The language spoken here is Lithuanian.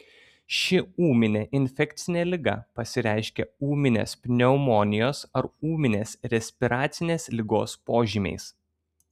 ši ūminė infekcinė liga pasireiškia ūminės pneumonijos ar ūminės respiracinės ligos požymiais